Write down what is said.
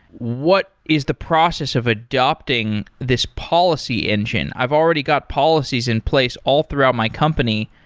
what is the process of adopting this policy engine? i've already got policies in place all throughout my company.